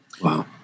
Wow